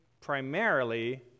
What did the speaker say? primarily